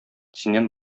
синнән